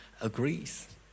agrees